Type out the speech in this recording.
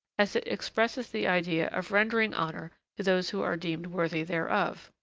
as it expresses the idea of rendering honor to those who are deemed worthy thereof.